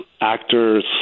actors